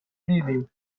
دیدیم